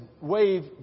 wave